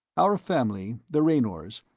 our family, the raynors,